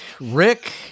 Rick